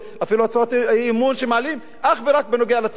אפילו הצעות האי-אמון שמעלים הן אך ורק בנוגע לציבור הערבי.